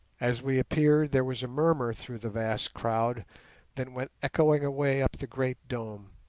as we appeared there was a murmur through the vast crowd that went echoing away up the great dome,